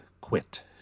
Quit